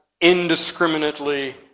indiscriminately